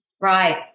Right